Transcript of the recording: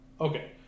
Okay